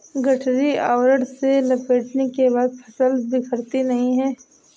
गठरी आवरण से लपेटने के बाद फसल बिखरती नहीं है